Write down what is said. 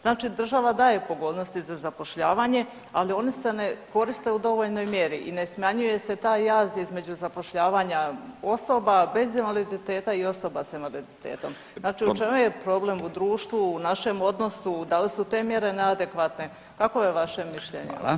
Znači država daje pogodnosti za zapošljavanje, ali one se ne koriste u dovoljnoj mjeri i ne smanjuje se taj jaz između zapošljavanja osoba bez invaliditeta i osoba s invaliditetom, znači u čemu je problem u društvu u našem odnosu, da li su te mjere neadekvatne, kakvo je vaše mišljenje o toj temi?